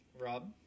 Rob